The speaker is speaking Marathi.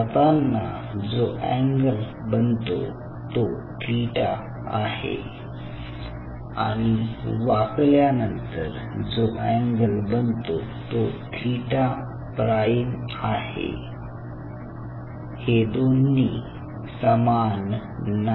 जाताना जो अँगल बनतो तो थिटा आहे आणि वाकल्यानंतर जो अँगल बनतो तो थिटा प्राईम आहे हे दोन्ही समान नाही